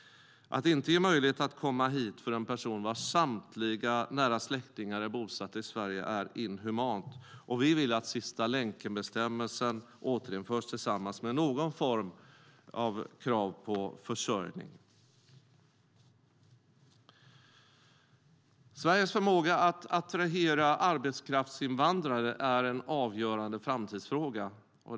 Att inte ge möjlighet att komma hit för en person vars samtliga nära släktingar är bosatta i Sverige är inhumant. Vi vill att sista-länken-bestämmelsen återinförs, tillsammans med någon form av krav på försörjning. Sveriges förmåga att attrahera arbetskraftsinvandrare är en avgörande framtidsfråga.